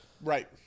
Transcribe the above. Right